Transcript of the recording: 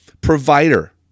provider